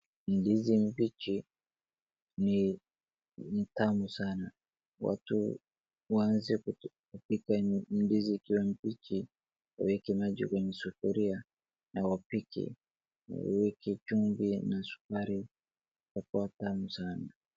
Ndizi mbichi ni tamu sana. Watu waanze kupika ndizi ikiwa mbichi , waeke maji kwenye sufuria na wapike, waeke chumvi na sukari, itakuwa tamu sana.